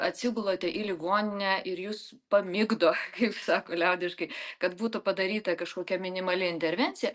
atsigulate į ligoninę ir jus pamigdo kaip sako liaudiškai kad būtų padaryta kažkokia minimali intervencija